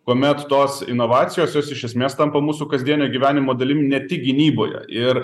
kuomet tos inovacijos jos iš esmės tampa mūsų kasdienio gyvenimo dalimi ne tik gynyboje ir